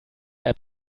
app